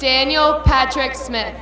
daniel patrick smith